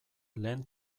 lehen